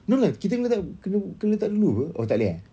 no lah kita kena let~ kena kena letak dulu [pe] oh takleh eh